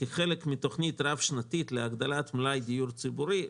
"כחלק מתוכנית רב-שנתית להגדלת מלאי דיור ציבורי",